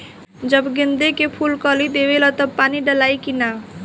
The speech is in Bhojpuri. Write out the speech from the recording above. जब गेंदे के फुल कली देवेला तब पानी डालाई कि न?